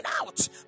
out